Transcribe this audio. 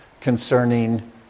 concerning